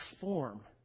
form